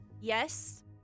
yes